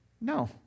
No